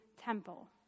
temple